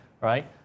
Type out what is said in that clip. right